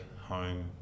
home